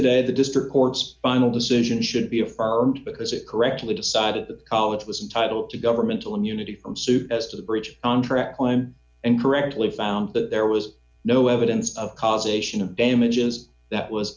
today the district court's final decision should be affirmed because it correctly decided that college was entitle to governmental immunity from suit as to the breach on track climb and correctly found that there was no evidence of causation of damages that was